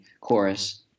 chorus